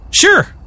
Sure